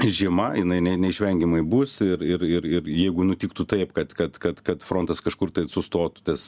žiema jinai ne neišvengiamai bus ir ir ir ir jeigu nutiktų taip kad kad kad kad frontas kažkur tai sustotų tas